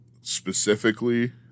specifically